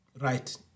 right